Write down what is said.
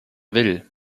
will